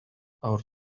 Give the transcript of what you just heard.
our